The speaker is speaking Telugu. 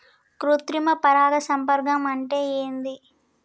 కృత్రిమ పరాగ సంపర్కం అంటే ఏంది?